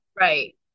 right